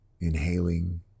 inhaling